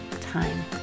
Time